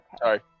Sorry